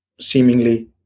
seemingly